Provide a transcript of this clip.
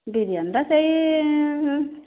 ବିରିୟାନୀ ଟା ସେଇ